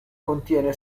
contiene